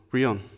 Rion